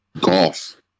Golf